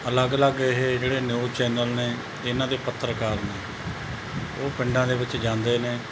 ਅਲੱਗ ਅਲੱਗ ਇਹ ਜਿਹੜੇ ਨਿਊਜ਼ ਚੈਨਲ ਨੇ ਇਹਨਾਂ ਦੇ ਪੱਤਰਕਾਰ ਨੇ ਉਹ ਪਿੰਡਾਂ ਦੇ ਵਿੱਚ ਜਾਂਦੇ ਨੇ